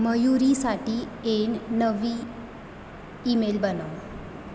मयुरीसाठी एन नवी ईमेल बनव